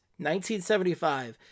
1975